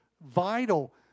vital